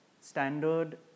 standard